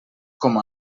com